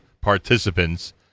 participants